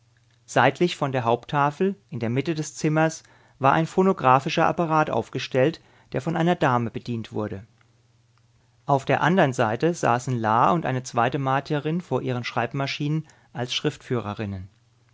seitlich von der haupttafel in der mitte des zimmers war ein phonographischer apparat aufgestellt der von einer dame bedient wurde auf der andern seite saßen la und eine zweite martierin vor ihren schreibmaschinen als